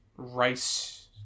rice